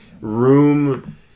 Room